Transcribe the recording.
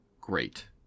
great